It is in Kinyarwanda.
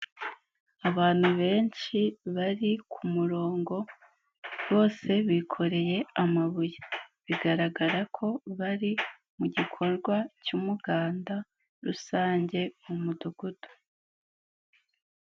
Abantu benshi bari ku kumurongo bose bikoreye amabuye, bigaragara ko bari mu gikorwa cy'umuganda rusange mu mudugudu.